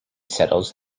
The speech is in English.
settles